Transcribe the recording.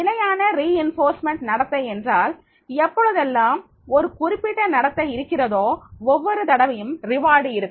நிலையான வலுவூட்டல் நடத்தை என்றால் எப்பொழுதெல்லாம் ஒரு குறிப்பிட்ட நடத்தை இருக்கிறதோ ஒவ்வொரு தடவையும் வெகுமதி இருக்கும்